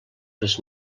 les